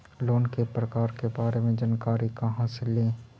Loan के प्रकार के बारे मे जानकारी कहा से ले?